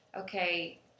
okay